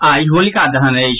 आइ होलिका दहन अछि